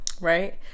right